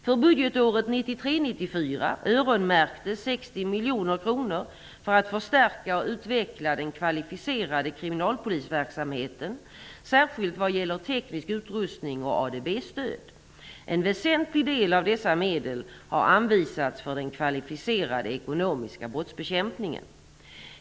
För budgetåret 1993/94 öronmärktes 60 miljoner kronor för att förstärka och utveckla den kvalificerade kriminalpolisverksamheten, särskilt vad gäller teknisk utrustning och ADB-stöd. En väsentlig del av dessa medel har anvisats för bekämpningen av den kvalificerade ekonomiska brottsligheten.